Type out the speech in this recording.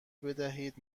بدهید